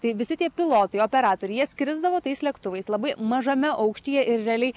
tai visi tie pilotai operatoriai jie skrisdavo tais lėktuvais labai mažame aukštyje ir realiai